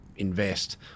Invest